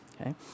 okay